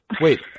Wait